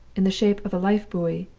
in the shape of a lifebuoy,